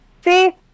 see